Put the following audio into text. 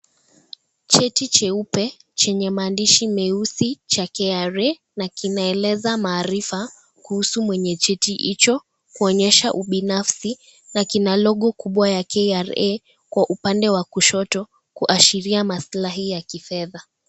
Cheti cheupe chenye mandishi meusi cha KRA na kinaeleza maarifa kuusu mwenye cheti icho kuonyesha ubinafsi na kina logo kubwa ya KRA kwa upande wa kushoto kuaashiria maslahi ya kifedha.